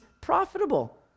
profitable